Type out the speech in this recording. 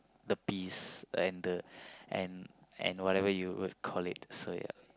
the peace and the and and whatever you would call it so ya